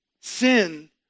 Sin